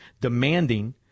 demanding